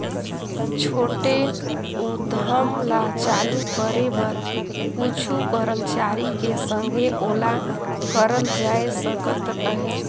छोटे उद्यम ल चालू करे बर कुछु करमचारी के संघे ओला करल जाए सकत अहे